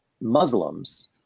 Muslims